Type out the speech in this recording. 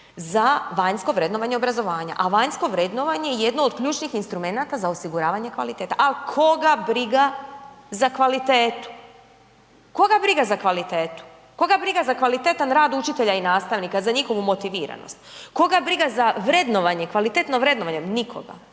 za vanjsko vrednovanje obrazovanja, a vanjsko vrednovanje je jedno od ključnih instrumenata za osiguravanje kvalitete, al koga briga za kvalitetu, koga briga za kvalitetu, koga briga za kvalitetan rad učitelja i nastavnika, za njihovu motiviranost, koga briga za vrednovanje, kvalitetno vrednovanje, nikoga,